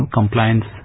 compliance